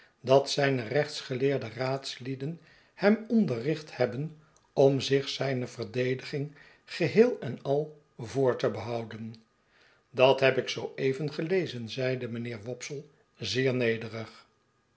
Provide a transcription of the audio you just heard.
dat zijne rechtsgeleerde raadslieden hern onderricht hebben om zich zijne verdediging geheel en al voor te behouden dat heb ik zoo even gelezen zeide mijnheer wopsle zeer nederig